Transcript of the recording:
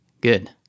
Good